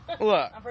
Look